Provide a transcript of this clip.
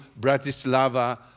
Bratislava